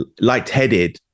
lightheaded